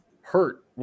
hurt